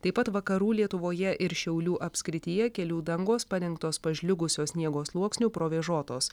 taip pat vakarų lietuvoje ir šiaulių apskrityje kelių dangos padengtos pažliugusio sniego sluoksniu provėžotos